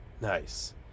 Nice